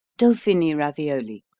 dauphiny ravioli,